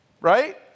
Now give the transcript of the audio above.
Right